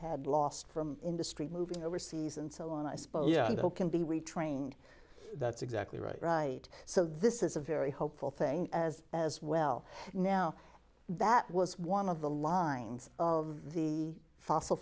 had lost from industry moving overseas and so on i spoke yandell can be retrained that's exactly right right so this is a very hopeful thing as as well now that was one of the lines the fossil